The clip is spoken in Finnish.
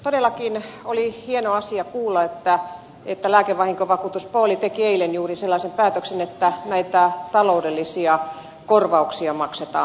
todellakin oli hieno asia kuulla että lääkevahinkovakuutuspooli teki eilen juuri sellaisen päätöksen että näitä taloudellisia korvauksia maksetaan